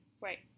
Right